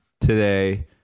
today